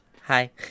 hi